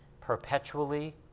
perpetually